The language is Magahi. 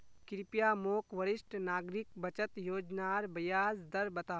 कृप्या मोक वरिष्ठ नागरिक बचत योज्नार ब्याज दर बता